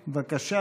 בבקשה,